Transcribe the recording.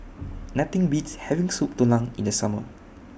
Nothing Beats having Soup Tulang in The Summer